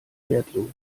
wertlos